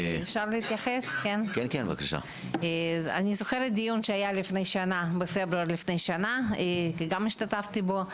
אני זוכרת דיון שהיה בפברואר לפני שנה שגם השתתפתי בו.